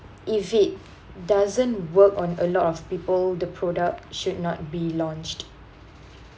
if it doesn't work on a lot of people the product should not be launched